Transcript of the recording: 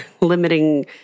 limiting